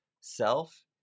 self